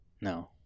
No